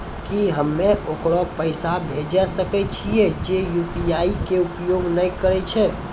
की हम्मय ओकरा पैसा भेजै सकय छियै जे यु.पी.आई के उपयोग नए करे छै?